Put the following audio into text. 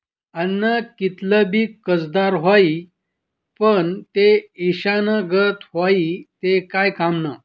आन्न कितलं भी कसदार व्हयी, पन ते ईषना गत व्हयी ते काय कामनं